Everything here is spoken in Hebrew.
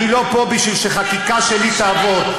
אני פה לא בשביל שחקיקה שלי תעבור,